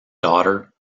daughter